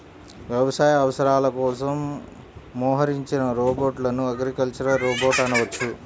వ్యవసాయ అవసరాల కోసం మోహరించిన రోబోట్లను అగ్రికల్చరల్ రోబోట్ అనవచ్చు